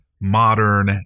modern